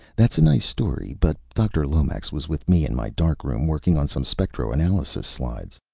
that's a nice story. but dr. lomax was with me in my darkroom, working on some spectroanalysis slides.